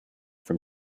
from